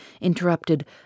interrupted